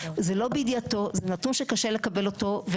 זה לא בידיעתו, זה נתון שקשה לקבל אותו.